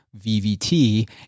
VVT